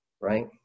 right